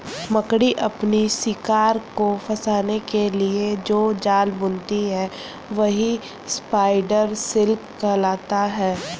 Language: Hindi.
मकड़ी अपने शिकार को फंसाने के लिए जो जाल बुनती है वही स्पाइडर सिल्क कहलाता है